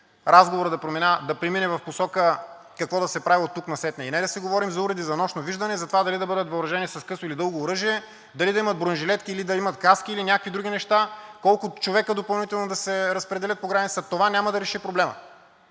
разговорът да премине в посока какво да се прави оттук насетне, а не да си говорим за уреди за нощно виждане и затова дали да бъдат въоръжени с късо или дълго оръжие, дали да имат бронежилетки или каски, или някакви други неща и колко човека допълнително да се разпределят по границата – това няма да реши проблема.